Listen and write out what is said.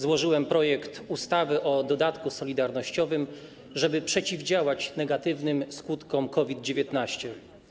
Złożyłem projekt ustawy o dodatku solidarnościowym, żeby przeciwdziałać negatywnym skutkom COVID-19.